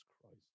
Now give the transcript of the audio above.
Christ